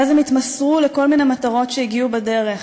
ואז הם התמסרו לכל מיני מטרות שהגיעו בדרך,